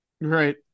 Right